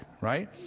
right